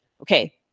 okay